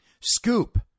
scoop